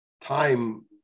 time